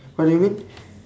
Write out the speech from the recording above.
what do you mean